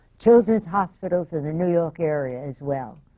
children's hospitals in the new york area, as well,